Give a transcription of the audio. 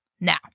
Now